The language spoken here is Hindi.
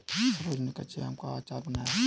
सरोज ने कच्चे आम का अचार बनाया